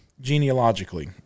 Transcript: genealogically